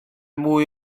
mwy